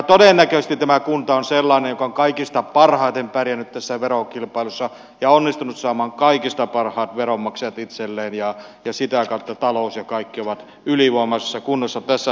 todennäköisesti tämä kunta on sellainen joka on kaikista parhaiten pärjännyt tässä verokilpailussa ja onnistunut saamaan kaikista parhaat veronmaksajat itselleen ja sitä kautta talous ja kaikki ovat ylivoimaisessa kunnossa tässä seutukunnassa